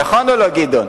נכון או לא, גדעון?